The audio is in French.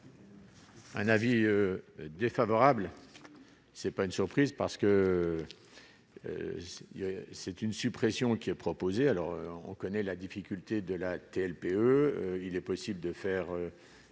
Un avis défavorable, ce n'est pas une surprise parce que il y a, c'est une suppression qui est proposé, alors, on connaît la difficulté de la TLPE il est possible de faire des